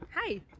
Hi